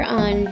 on